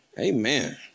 Amen